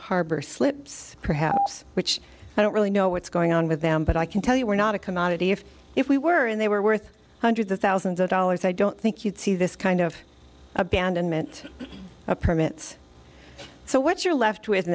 harbor slips perhaps which i don't really know what's going on with them but i can tell you we're not a commodity if if we were and they were worth hundreds of thousands of dollars i don't think you'd see this kind of abandonment of permits so what you're left with